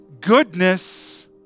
goodness